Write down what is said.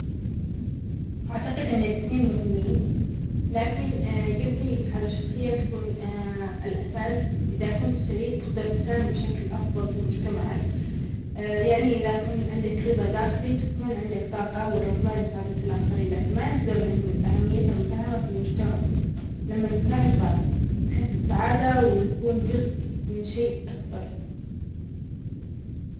اعتقد ان الاثنين مهمين لكن يمكن الاتحاد الشخصية تكون الاساس اذا كنت سعيد تقدر تساهم بشكل افظل في مجتمعك يعني اذا كنت عندك رظا داخلي تكون عندك طاقة والرغبة لمساعدة الاخرين لكن ما نقدر نهمل اهمية المساهمة في المجتمع لمن نساعد بعظ نحس بالسعادة ونكون جزء من شيء اكبر.